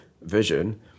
vision